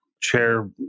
chair